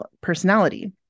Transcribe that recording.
personality